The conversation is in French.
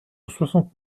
soixante